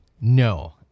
no